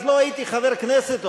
אז עוד לא הייתי חבר כנסת,